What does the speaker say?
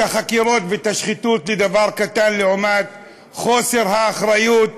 החקירות ואת השחיתות לדבר קטן לעומת חוסר האחריות